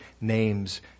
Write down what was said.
name's